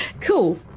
Cool